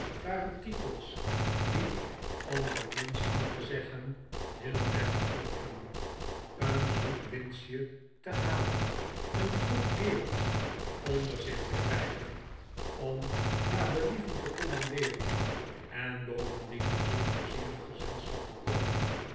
waren titels die om er het minst van te zeggen heel deftig klonken een zoet winstje te halen een troep kerels onder zich te krijgen om naar believen te commandeeren en bovendien in zoo'n pleizierig gezelschap te komen